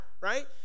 right